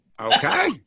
Okay